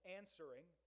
answering